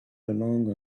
along